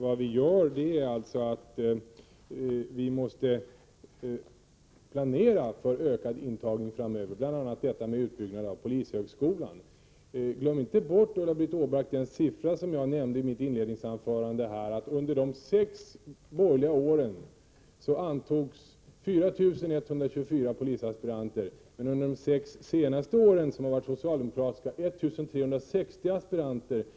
Vi måste därför planera för ökad intagning framöver, bl.a. med en utbyggnad av polishögskolan. Glöm inte bort, Ulla-Britt Åbark, de siffror som jag nämnde i mitt inledningsanförande. Under de sex borgerliga regeringsåren antogs 4 124 polisaspiranter. Men under de sex senaste socialdemokratiska regeringsåren har bara 1 360 aspiranter antagits.